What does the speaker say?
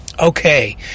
Okay